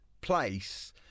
place